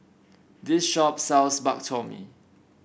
this shop sells Bak Chor Mee